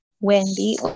Wendy